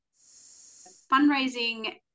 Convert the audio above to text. fundraising